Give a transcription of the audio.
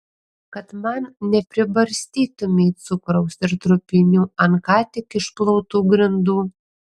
kad man nepribarstytumei cukraus ir trupinių ant ką tik išplautų grindų